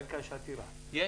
כן.